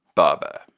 baba,